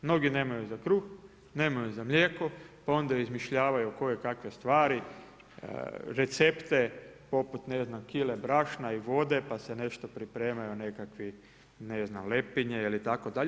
Mnogi nemaju za kruh, nemaju za mlijeko, pa onda izmišljavaju koje kakve stvari, recepte poput ne znam, kile brašna i vode, pa se nešto pripremaju nekakvi ne znam, lepinje itd.